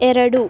ಎರಡು